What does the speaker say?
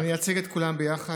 אני אציג את כולן ביחד.